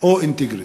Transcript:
או אינטגריטי,